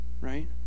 right